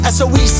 soe